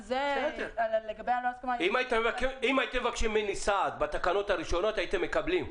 אם הייתם מבקשים ממני סעד בתקנות הראשונות הייתם מקבלים.